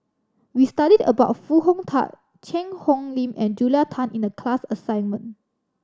we studied about Foo Hong Tatt Cheang Hong Lim and Julia Tan in the class assignment